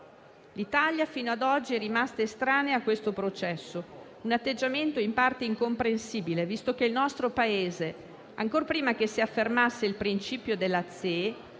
l'Italia è rimasta estranea a questo processo: un atteggiamento in parte incomprensibile, visto che il nostro Paese, ancor prima che si affermasse il principio della ZEE,